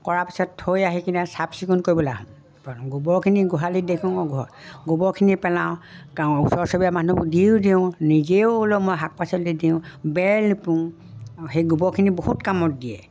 কৰা পিছত থৈ আহি কিনে চাফ চিকুণ কৰিবলৈ হ গোবৰখিনি গোহালিত দেখোঁ ঘৰ গোবৰখিনি পেলাওঁ গা ওচৰ চুবুৰীয়া মানুহবোৰ দিও দিওঁ নিজেও অলপ মই শাক পাচলি দিওঁ বেল নুপুং সেই গোবৰখিনি বহুত কামত দিয়ে